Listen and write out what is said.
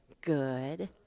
Good